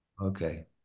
Okay